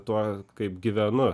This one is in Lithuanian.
tuo kaip gyvenu